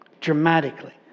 dramatically